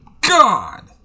God